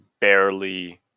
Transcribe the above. barely